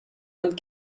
und